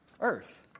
earth